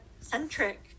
centric